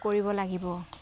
কৰিব লাগিব